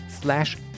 slash